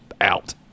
out